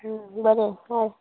बरें हय